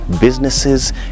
businesses